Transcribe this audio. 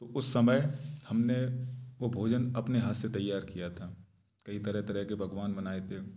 उस समय हमने वो भोजन अपने हाथ से तैयार किया था कई तरह तरह के पकवान बनाए थे